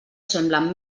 semblen